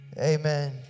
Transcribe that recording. amen